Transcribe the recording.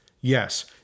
yes